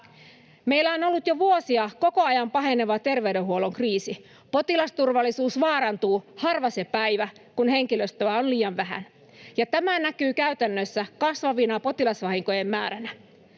Meillä on ollut jo vuosia koko ajan paheneva terveydenhuollon kriisi. Potilasturvallisuus vaarantuu harva se päivä, kun henkilöstöä on liian vähän, ja tämä näkyy käytännössä kasvavana potilasvahinkojen määränä.